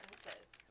sentences